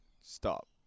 Stop